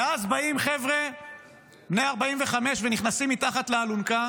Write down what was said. ואז באים חבר'ה בני 45 ונכנסים מתחת לאלונקה